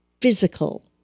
physical